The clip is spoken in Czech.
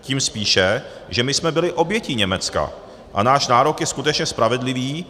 Tím spíše, že my jsme byli obětí Německa a náš nárok je skutečně spravedlivý.